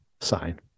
sign